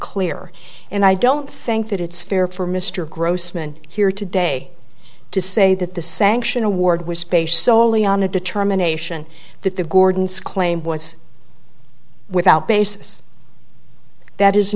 clear and i don't think that it's fair for mr grossman here today to say that the sanction award was space solely on a determination that the gordons claim once without basis that is